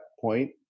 point